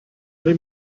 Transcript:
eine